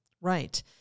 Right